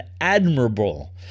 admirable